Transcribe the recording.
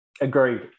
Agreed